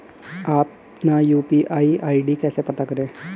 अपना UPI ID कैसे पता करें?